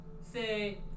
say